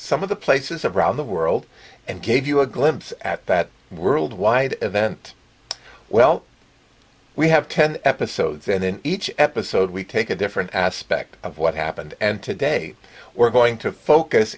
some of the places around the world and gave you a glimpse at that worldwide event well we have ten episodes and in each episode we take a different aspect of what happened and today we're going to focus